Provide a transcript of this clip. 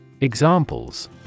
Examples